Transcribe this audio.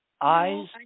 eyes